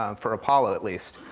um for apollo, at least.